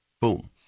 boom